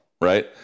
right